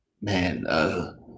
man